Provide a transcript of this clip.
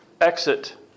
exit